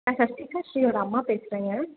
நான் சஷ்டிக்காஸ்ரீயோட அம்மா பேசுறங்க